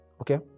okay